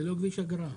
זה לא כביש אגרה.